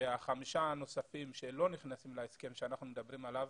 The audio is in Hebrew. שהחמישה הנוספים שלא נכנסים להסכם שאנחנו מדברים עליו,